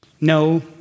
No